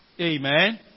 Amen